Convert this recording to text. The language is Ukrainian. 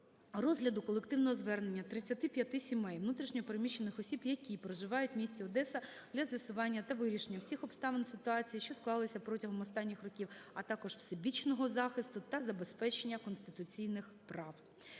розгляду колективного звернення тридцяти п'яти сімей внутрішньо переміщених осіб, які проживають в місті Одеса, для з'ясування та вирішення усіх обставин ситуації, що склалася протягом останніх років, а також всебічного захисту та забезпечення конституційних прав.